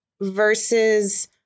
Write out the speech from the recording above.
versus